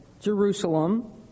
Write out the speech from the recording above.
Jerusalem